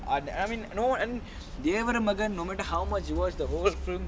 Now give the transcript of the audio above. and I mean devar magan no matter how much you watch the whole film